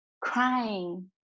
crying